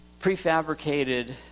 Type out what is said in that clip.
prefabricated